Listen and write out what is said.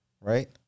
right